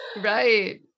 Right